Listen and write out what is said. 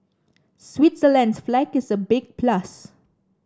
Switzerland's flag is a big plus